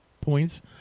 points